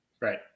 Right